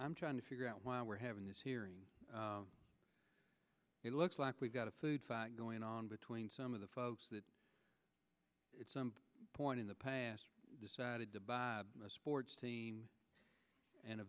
i'm trying to figure out why we're having this hearing it looks like we've got a food fight going on between some of the folks that it's some point in the past decided to buy a sports team and a